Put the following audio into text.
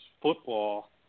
football